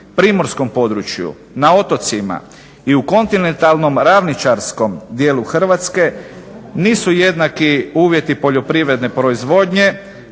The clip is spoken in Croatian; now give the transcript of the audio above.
primorskom području, na otocima i u kontinentalnom ravničarskom dijelu Hrvatske nisu jednaki uvjeti poljoprivredne proizvodnje